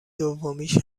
دومیش